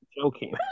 joking